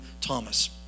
Thomas